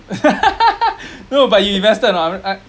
no but you invested or not I